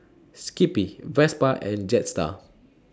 Skippy Vespa and Jetstar